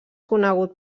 conegut